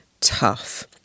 tough